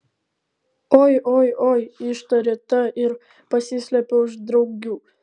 oi oi oi ištarė ta ir pasislėpė už draugių